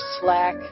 slack